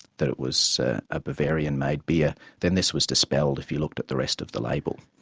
that it was a bavarian-made beer, then this was dispelled if you looked at the rest of the label.